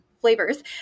flavors